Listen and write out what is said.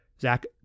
Zach